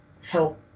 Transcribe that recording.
help